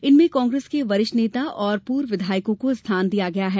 इनमें कांग्रेस के वरिष्ठ नेता और पूर्व विधायकों को स्थान दिया गया है